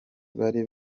bari